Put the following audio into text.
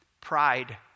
pride